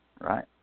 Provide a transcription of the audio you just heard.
Right